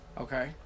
Okay